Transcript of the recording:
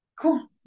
Cool